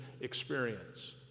experience